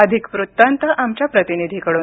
अधिक वृत्तांत आमच्या प्रतिनिधीकडून